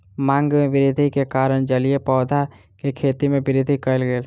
मांग में वृद्धि के कारण जलीय पौधा के खेती में वृद्धि कयल गेल